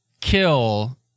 kill